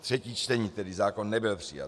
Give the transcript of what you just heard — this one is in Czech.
Třetí čtení, tedy zákon nebyl přijat.